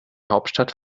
hauptstadt